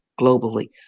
globally